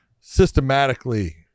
systematically